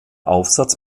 aufsatz